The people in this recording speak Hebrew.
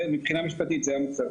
מבחינה משפטית זה המצב.